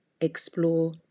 explore